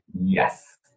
Yes